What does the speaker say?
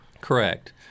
correct